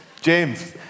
James